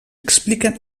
expliquen